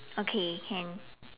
okay can